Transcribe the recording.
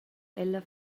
ella